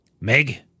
Meg